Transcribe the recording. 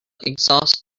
exhaust